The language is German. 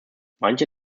manche